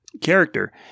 character